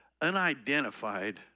unidentified